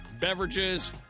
beverages